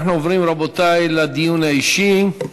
אנחנו עוברים, רבותי, לדיון האישי.